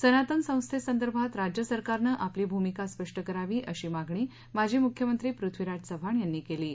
सनातन संस्थेसंदर्भात राज्य सरकारन आपली भूमिका स्पष्ट करावी अशी मागणी माजी मुख्यमंत्री पृथ्वीराज चव्हाण यांनी केली आहे